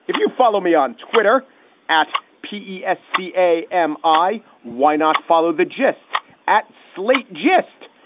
if you follow me on twitter at p s. seei am i. why not follow the gist at slate gist.